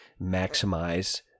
maximize